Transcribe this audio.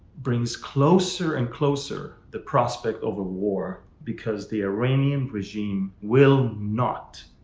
brings closer and closer the prospect of a war. because the iranian regime will not